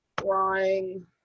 drawing